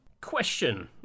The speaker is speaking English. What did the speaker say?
Question